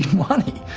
money.